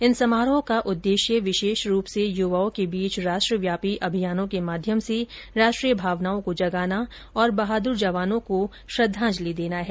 इन समारोहों का उद्देश्य विशेष रूप से युवाओं के बीच राष्ट्र व्यापी अभियानों के माध्यम से राष्ट्रीय भावनाओं को जगाना और बहादुर जवानों को श्रद्धांजलि देना है